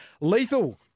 lethal